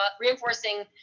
reinforcing